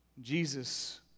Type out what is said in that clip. Jesus